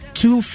two